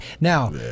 Now